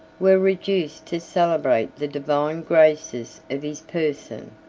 were reduced to celebrate the divine graces of his person.